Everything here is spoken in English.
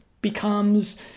becomes